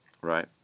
Right